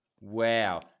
Wow